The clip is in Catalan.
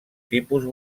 tipus